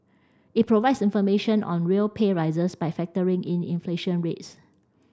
it provides information on real pay rises by factoring in inflation rates